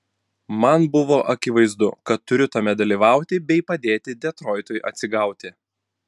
man buvo akivaizdu kad turiu tame dalyvauti bei padėti detroitui atsigauti